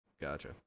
Gotcha